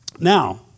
Now